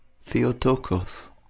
Theotokos